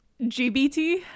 GBT